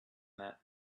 that